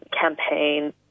campaign